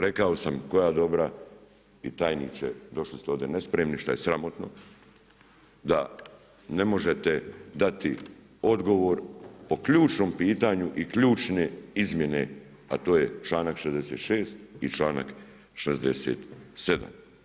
Rekao sam koja dobra, i tajniče došli ste ovdje nespremni što je sramotno da ne možete dati odgovor po ključnom pitanju i ključne izmjene a to je članak 66. i članak 67.